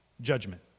judgment